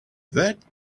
that